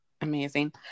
amazing